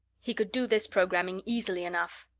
he could do this programming, easily enough.